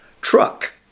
Truck